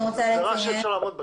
זו גזרה שאי אפשר לעמוד בה.